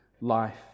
life